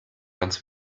ganz